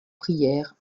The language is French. prières